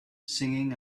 singing